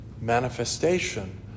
manifestation